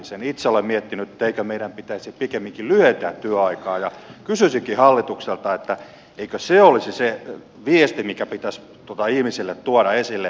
itse olen miettinyt eikö meidän pitäisi pikemminkin lyhentää työaikaa ja kysyisinkin hallitukselta eikö se olisi se viesti mikä pitäisi ihmisille tuoda esille